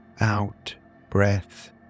out-breath